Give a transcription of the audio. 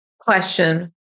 question